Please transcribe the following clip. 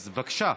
אז בבקשה,